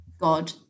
God